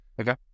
Okay